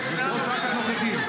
ועדה, זאת המצאה.